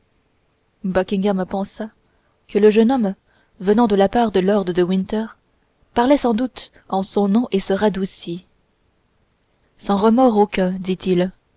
pensa que le jeune homme venant de la part de lord de winter parlait sans doute en son nom et se radoucit sans remords aucun dit-il